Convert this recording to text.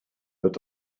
wird